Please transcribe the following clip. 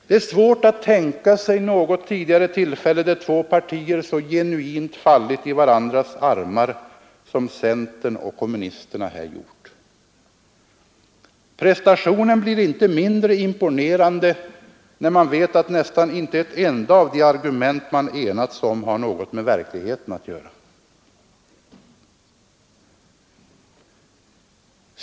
Det är svårt att tänka sig något tidigare tillfälle, där två partier så genuint fallit i varandras armar som centern och kommunisterna här gjort. Prestationen blir inte mindre imponerande när man vet att nästan inte ett enda av de argument de enats om har något med verkligheten att göra.